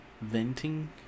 venting